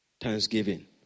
Thanksgiving